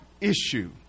issue